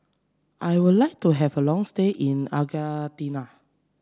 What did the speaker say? I would like to have a long stay in Argentina